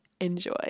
Enjoy